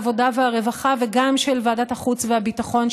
גם של ועדת העבודה והרווחה וגם של ועדת החוץ והביטחון,